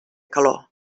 calor